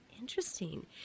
Interesting